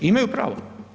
Imaju pravo.